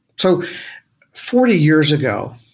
so forty years ago,